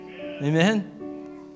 Amen